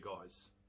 guys